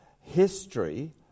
history